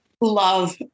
love